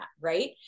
right